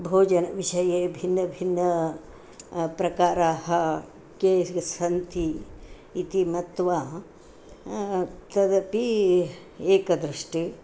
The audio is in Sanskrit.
भोजनविषये भिन्नभिन्नाः प्रकाराः के सन्ति इति मत्वा तदपि एकदृष्टिः